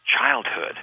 childhood